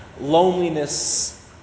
Loneliness